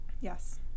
yes